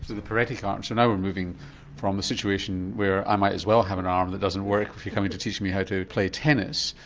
the paretic arm so now we're moving from the situation where i might as well have an arm that doesn't work if you're coming to teach me how to play tennis.